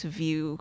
view